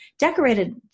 decorated